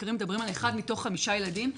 מחקרים מדברים על אחד מתוך חמישה ילדים,